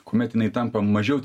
kuomet jinai tampa mažiau